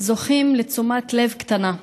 זוכים לתשומת לב קטנה,